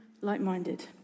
like-minded